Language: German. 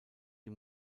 die